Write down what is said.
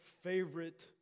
favorite